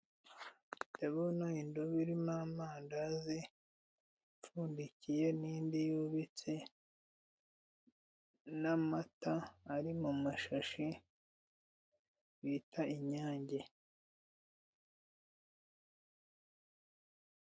Ndabona indobo n'mandazi apfundikiye n'indi yubitse n'amata ari mu mashashi bita inyange.